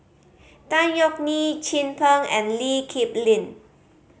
Tan Yeok Nee Chin Peng and Lee Kip Lin